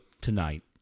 tonight